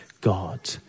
God